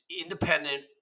independent